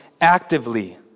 actively